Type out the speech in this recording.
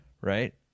right